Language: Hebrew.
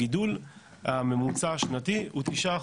הגידול הממוצע השנתי הוא 9%,